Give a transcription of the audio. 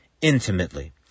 intimately